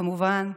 כמובן,